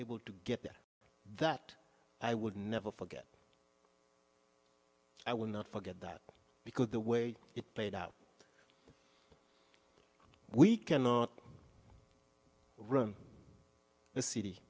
able to get there that i would never forget i will not forget that because the way it played out we cannot run the c